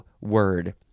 word